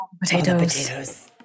potatoes